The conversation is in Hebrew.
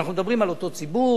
שאנחנו מדברים על אותו ציבור,